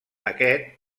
aquest